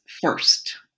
first